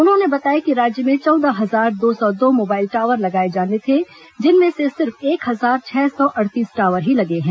उन्होंने बताया कि राज्य में चौदह हजार दो सौ दो मोबाइल टॉवर लगाए जाने थे जिनमें से सिर्फ एक हजार छह सौ अड़तीस टॉवर ही लगे हैं